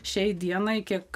šiai dienai kiek